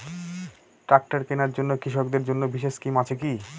Tractor কেনার জন্য কৃষকদের জন্য বিশেষ স্কিম আছে কি?